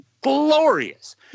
glorious